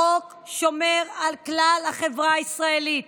החוק שומר על כלל החברה הישראלית,